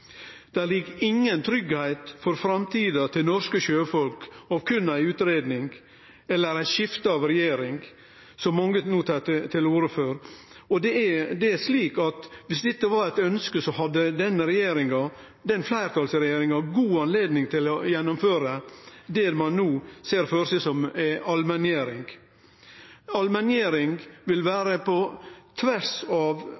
det meste. Det ligg ingen tryggleik for framtida til norske sjøfolk i berre ei utgreiing eller i eit skifte av regjering, som mange no tar til orde for. Det er slik at viss dette var eit ønske, hadde denne fleirtalsregjeringa hatt god anledning til å gjennomføre det ein no ser føre seg som ei allmenngjering. Allmenngjering vil gå på tvers av